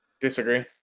Disagree